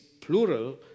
plural